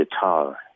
guitar